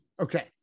okay